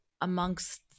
amongst